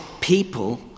people